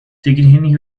continue